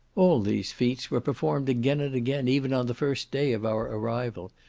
all these feats were performed again and again even on the first day of our arrival,